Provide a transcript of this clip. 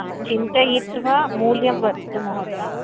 आ चिन्तयित्वा मूल्यं वदतु महोदय